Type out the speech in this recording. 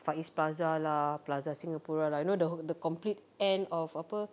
far east plaza lah plaza singapura lah you know the who~ the complete end of apa